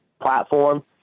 platform